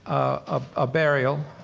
ah a burial.